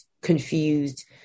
confused